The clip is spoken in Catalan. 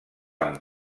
amb